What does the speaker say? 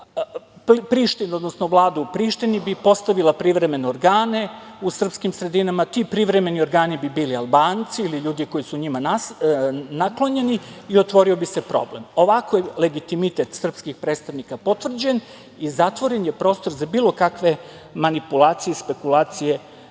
Priština, odnosno Vlada u Prištini bi postavila privremene organe u srpskim sredinama. Ti privremeni organi bi bili Albanci ili ljudi koji su njima naklonjeni i otvorio bi se problem. Ovako je legitimitet srpskih predstavnika potvrđen i zatvoren je prostor za bilo kakve manipulacije i spekulacije